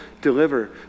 deliver